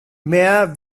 mehr